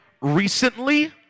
recently